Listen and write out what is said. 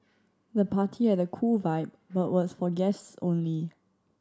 the party had a cool vibe but was for guests only